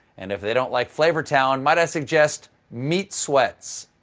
and if they don't like flavortown, might i suggest meat sweats.